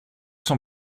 son